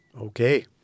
Okay